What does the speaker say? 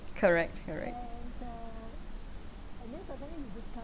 correct correct